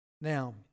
Now